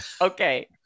Okay